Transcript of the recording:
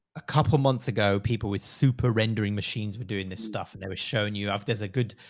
a couple months ago, people with super rendering machines were doing this stuff and they were showing you off. there's a good,